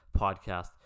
Podcast